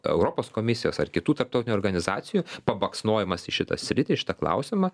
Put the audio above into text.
europos komisijos ar kitų tarptautinių organizacijų pabaksnojimas į šitą sritį šitą klausimą